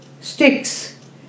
sticks